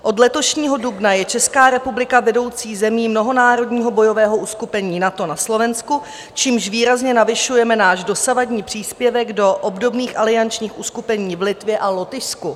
Od letošního dubna je Česká republika vedoucí zemí mnohonárodního bojového uskupení NATO na Slovensku, čímž výrazně navyšujeme náš dosavadní příspěvek do obdobných aliančních uskupení v Litvě a Lotyšsku.